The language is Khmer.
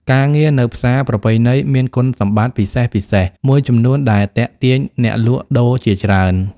ការងារនៅផ្សារប្រពៃណីមានគុណសម្បត្តិពិសេសៗមួយចំនួនដែលទាក់ទាញអ្នកលក់ដូរជាច្រើន។